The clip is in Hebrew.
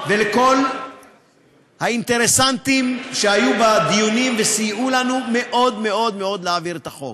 ולכל האינטרסנטים שהיו בדיונים וסייעו לנו מאוד מאוד להעביר את החוק.